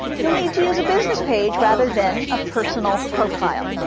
you'll need to use a business page rather than a personal profile.